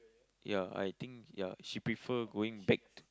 ya I think ya she prefer going back